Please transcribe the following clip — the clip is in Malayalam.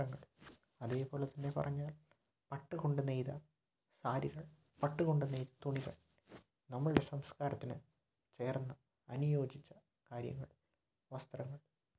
അതേപോലെതന്നെ പറഞ്ഞാൽ പട്ടുകൊണ്ട് നെയ്ത സാരികൾ പട്ടുകൊണ്ട് നെയ്ത തുണികൾ നമ്മളുടെ സംസ്കാരത്തിന് ചേർന്ന അനുയോജിച്ച കാര്യങ്ങൾ വസ്ത്രങ്ങൾ